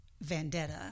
vendetta